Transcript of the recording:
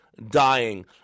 dying